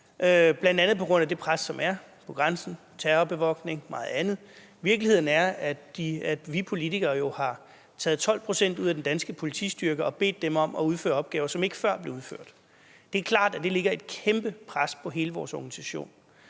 bl.a. på grund af det pres, som er på grænsen, terrorbevogtning og meget andet. Virkeligheden er, at vi politikere jo har taget 12 pct. ud af den danske politistyrke og bedt dem om at udføre opgaver, som ikke før blev udført. Det er klart, at det lægger et kæmpe pres på hele vores organisation.